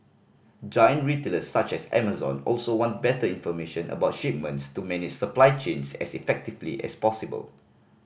giant retailers such as Amazon also want better information about shipments to many supply chains as effectively as possible